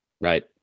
Right